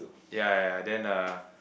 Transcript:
yea then a